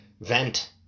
vent